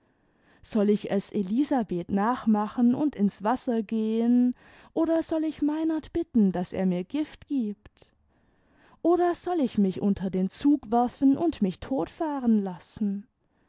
soll ich es elisabeth nachmachen und ins wasser gehen oder soll ich meinert bitten daß er mir gift gibt oder soll ich mich unter den zug werfen und mich totfahren lassen